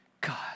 God